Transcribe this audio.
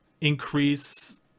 increase